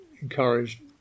encouraged